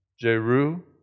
Jeru